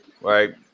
right